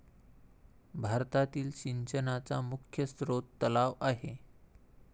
भारतातील सिंचनाचा मुख्य स्रोत तलाव आहे